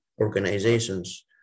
organizations